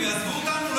הם יעזבו אותנו?